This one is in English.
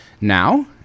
Now